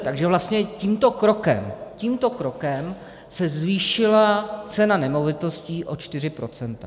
Takže vlastně tímto krokem tímto krokem se zvýšila cena nemovitostí o 4 procenta.